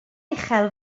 uchel